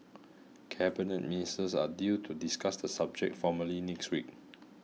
cabinet ministers are due to discuss the subject formally next week